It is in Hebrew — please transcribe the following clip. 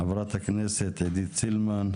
חה"כ עידית סילמן,